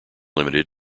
limited